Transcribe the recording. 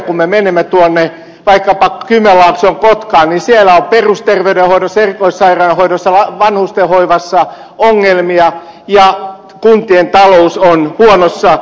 kun me menemme vaikkapa tuonne kymenlaakson kotkaan siellä on perusterveydenhoidossa erikoissairaanhoidossa vanhustenhoivassa ongelmia ja kuntien talous on huonossa hapessa